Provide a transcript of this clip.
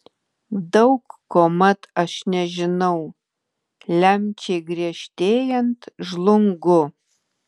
daug ko mat aš nežinau lemčiai griežtėjant žlungu